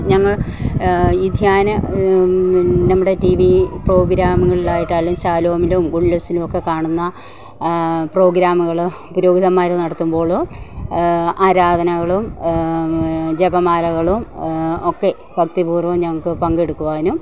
ഞങ്ങൾ ഈ ധ്യാന നമ്മുടെ ടി വി പ്രോഗ്രാമുകളിലായിട്ട് അല്ലേ ശാലോമിലും ഗുഡ്നെസ്സിലും ഒക്കെ കാണുന്ന പ്രോഗ്രാമുകൾ പുരോഹിതന്മാർ നടത്തുമ്പോളോ ആരാധനകളും ജപമാലകളും ഒക്കെ ഭക്തിപൂർവ്വം ഞങ്ങൾക്ക് പങ്കെടുക്കുവാനും